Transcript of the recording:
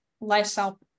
lifestyle